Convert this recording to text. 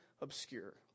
obscure